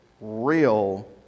real